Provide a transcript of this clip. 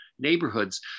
neighborhoods